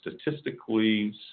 statistically